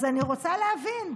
אז אני רוצה להבין,